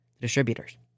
distributors